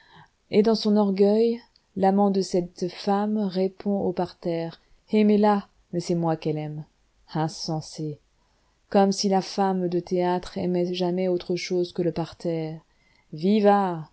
et dans son orgueil l'amant de cette femme répond au parterre aimez-la mais c'est moi qu'elle aime insensé comme si la femme de théâtre aimait jamais autre chose que le parterre vivat